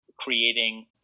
creating